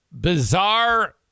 Bizarre